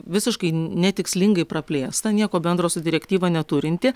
visiškai netikslingai praplėstą nieko bendro su direktyva neturintį